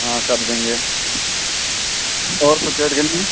हाँ कर देंगे और कुछ ऐड करना